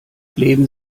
leben